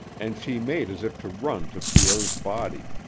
and she made as if to run to pierre's body.